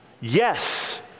Yes